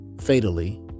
fatally